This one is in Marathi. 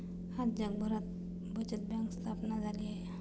आज जगभरात बचत बँक स्थापन झाली आहे